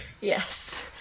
Yes